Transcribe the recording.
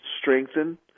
strengthen